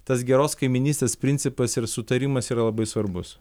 tas geros kaimynystės principas ir sutarimas yra labai svarbus